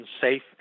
safe